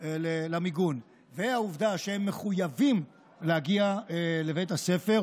למיגון והעובדה שהם מחויבים להגיע לבית הספר,